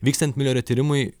vykstant miulerio tyrimui